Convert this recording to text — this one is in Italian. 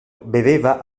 beveva